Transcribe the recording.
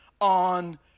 on